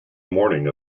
morning